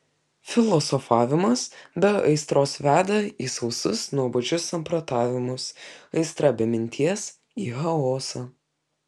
filosofavimas be aistros veda į sausus nuobodžius samprotavimus aistra be minties į chaosą